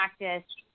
practice